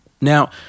Now